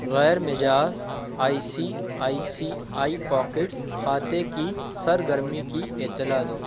غیر مجاز آئی سی آئی سی آئی پاکٹس کھاتے کی سرگرمی کی اطلاع دو